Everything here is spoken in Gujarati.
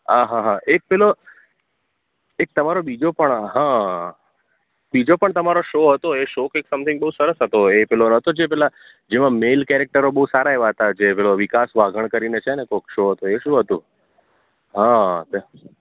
હં હં હં એક પેલો એક તમારો બીજો પણ હં બીજો પણ તમારો શો હતો એ શો કંઈક સમથિંગ બહુ સરસ હતો એ પેલો નહોતો જે પેલા જેમાં મેલ કેરેક્ટરો બહુ સારા એવા હતા જે પેલો વિકાસ વાઘણ કરીને છે ને કોઈક શો હતો એ શું હતું હં તે